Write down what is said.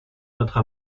notre